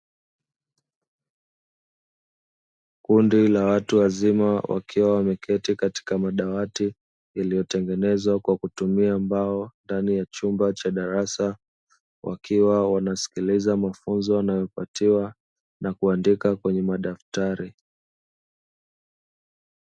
Kundi la watu wazima wakiwa wameketi katika madawati yaliyotengenezwa kwa kutumia mbao ndani ya chumba cha darasa, wakiwa wanasikiliza mafunzo wanayopatiwa na kuandika kwenye madaftari .